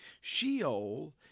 Sheol